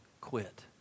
quit